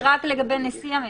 זה רק לגבי נשיא המדינה.